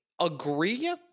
agree